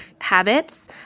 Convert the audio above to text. habits